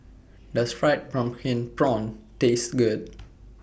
Does Fried Pumpkin Prawns Taste Good